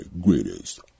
greatest